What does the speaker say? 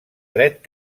dret